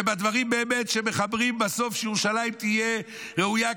ובאמת בדברים שמחברים בסוף שירושלים תהיה ראויה,